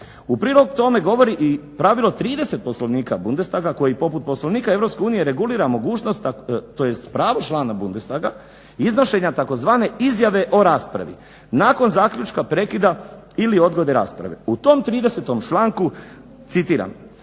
U prilog tome govori i pravilo 30. Poslovnika Budenstaga koji poput Poslovnika EU regulira mogućnost tj. pravo člana Bundestaga iznošenja tzv. izjave o raspravi nakon zaključka prekida ili odgode rasprave. U tom 30. članku